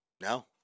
No